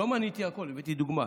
לא מניתי הכול, הבאתי דוגמה.